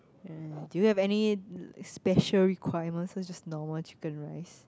uh do you have any special requirements so it's just normal chicken rice